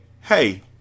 hey